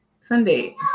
Sunday